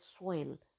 soil